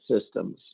systems